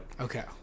Okay